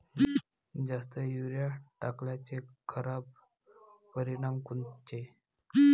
जास्त युरीया टाकल्याचे खराब परिनाम कोनचे?